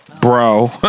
bro